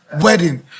wedding